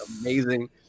amazing